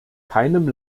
keinem